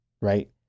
right